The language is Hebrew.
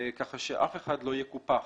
כך שאף אחד לא יקופח.